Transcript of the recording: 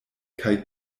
kaj